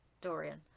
Dorian